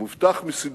הוא מובטח מסידורים